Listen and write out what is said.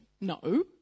no